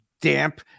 damp